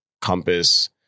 compass